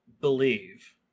believe